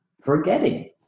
forgetting